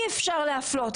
אי אפשר להפלות.